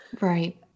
right